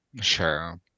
Sure